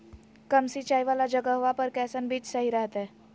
कम सिंचाई वाला जगहवा पर कैसन बीज सही रहते?